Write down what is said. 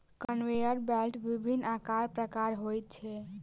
conveyor belt विभिन्न आकार प्रकारक होइत छै